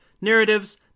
narratives